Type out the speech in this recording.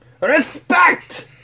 Respect